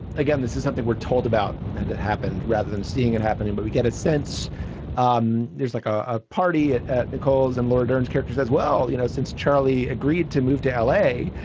again, this is something we're told about that that happened rather than seeing it and happening. but we get a sense um there's like a party at at nicole's and laura dern characters as well. you know, since charlie agreed to move to l a,